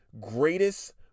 greatest